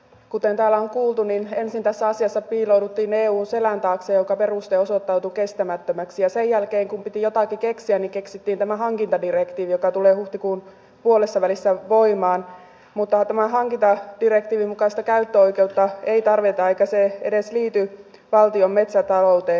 kuten täällä on kuultu ensin tässä asiassa piilouduttiin eun selän taakse joka peruste osoittautui kestämättömäksi ja sen jälkeen kun piti jotakin keksiä niin keksittiin tämä hankintadirektiivi joka tulee huhtikuun puolessavälissä voimaan mutta tämän hankintadirektiivin mukaista käyttöoikeutta ei tarvita eikä se edes liity valtion metsätalouteen